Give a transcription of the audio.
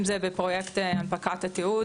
אם זה בפרויקט הנפקת התיעוד,